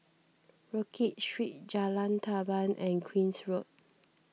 Rodyk Street Jalan Tamban and Queen's Road